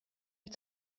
ich